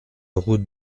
route